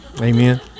Amen